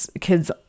kids